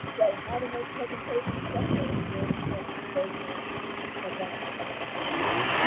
so, how to make presentations accessible is very important, which goes along with events and conferences and meetings.